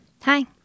Hi